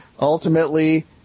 ultimately